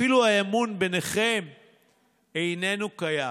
עשרות אלפי אנשים קיבלו